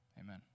amen